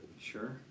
Sure